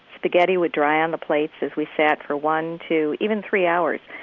spaghetti would dry on the plates as we sat for one, two, even three hours,